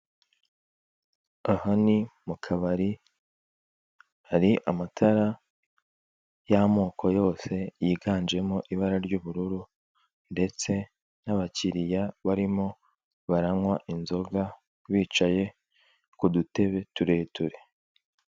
Aha ni mu kabari, hari amatara y'amoko yose, yiganjemo ibara ry'ubururu, ndetse n'abakiriya barimo baranywa inzoga, bicaye ku dutebe tureture.